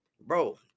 bro